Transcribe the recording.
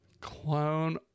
clone